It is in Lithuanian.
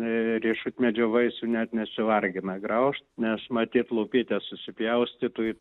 riešutmedžio vaisių net nesivargina graužt nes matyt lupytes susipjaustytų į